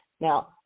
Now